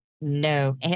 No